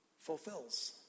fulfills